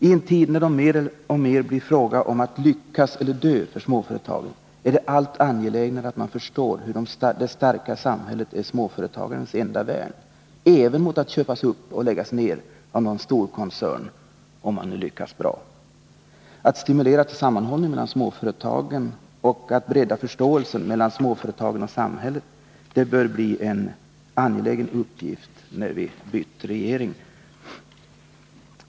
I en tid när det mer och mer blir fråga om att lyckas eller att dö för småföretagen är det allt angelägnare att man förstår hur det starka samhället är småföretagens enda värn — även mot att köpas upp och läggas ner av någon storkoncern, om man lyckats bra. Att stimulera till sammanhållning mellan småföretagen och att bredda förståelsen mellan småföretagen och samhället bör bli en angelägen uppgift när vi bytt regering.